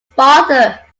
father